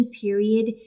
period